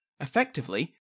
effectively